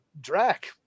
Drac